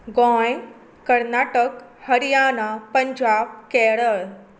Goa Karnataka Haryana Punjab Kerala